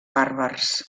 bàrbars